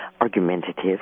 argumentative